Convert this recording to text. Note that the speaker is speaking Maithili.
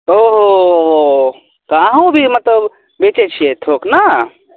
ओ हो हो हो हो तऽ अहूँ भी मतलब बेचैत छियै ने